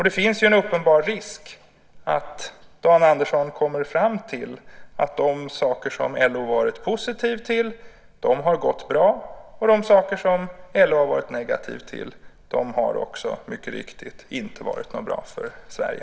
Det finns en uppenbar risk att Dan Andersson kommer fram till att de saker som LO varit positiv till har gått bra och att de saker som LO har varit negativt till också mycket riktigt inte har varit så bra för Sverige.